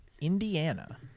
Indiana